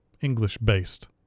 English-based